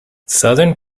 southern